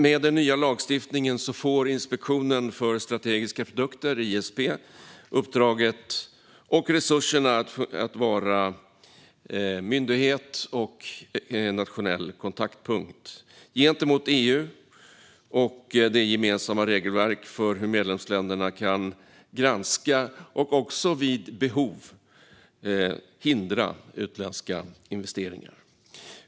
Med den nya lagstiftningen får Inspektionen för strategiska produkter, ISP, uppdraget och resurserna att vara myndighet och nationell kontaktpunkt gentemot EU och det gemensamma regelverket för hur medlemsländerna kan granska och vid behov hindra utländska investeringar.